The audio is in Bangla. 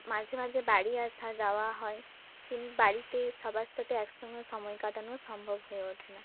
মাঝে মাঝে বাড়ি আসা যাওয়া হয় কিন বাড়িতে সবার সাথে একসঙ্গে সময় কাটানো সম্ভব হয়ে ওঠে না